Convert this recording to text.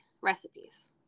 recipes